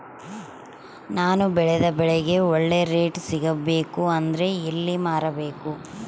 ನಾನು ಬೆಳೆದ ಬೆಳೆಗೆ ಒಳ್ಳೆ ರೇಟ್ ಸಿಗಬೇಕು ಅಂದ್ರೆ ಎಲ್ಲಿ ಮಾರಬೇಕು?